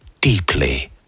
deeply